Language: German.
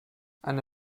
eine